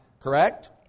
correct